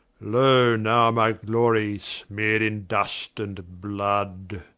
loe, now my glory smear'd in dust and blood.